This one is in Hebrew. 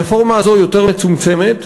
הרפורמה הזאת יותר מצומצמת,